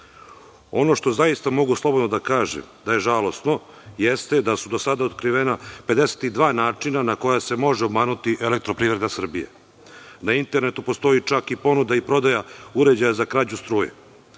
što zaista mogu slobodno da kažem da je žalosno, jeste da su do sada otkrivena 52 načina na koja se može obmanuti EPS. Na internetu postoji čak i ponuda i prodaja uređaja za krađu struje. Smatram